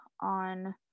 on